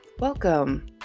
welcome